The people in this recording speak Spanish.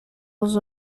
los